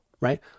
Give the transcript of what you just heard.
right